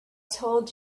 told